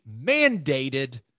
mandated